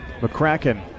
McCracken